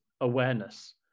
awareness